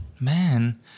man